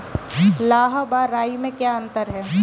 लाह व राई में क्या अंतर है?